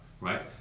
right